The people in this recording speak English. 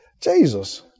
Jesus